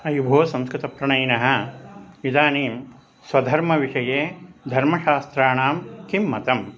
अयि भो संस्कृतप्रणयिनः इदानीं स्वधर्मविषये धर्मशास्त्राणां किं मतं